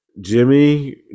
Jimmy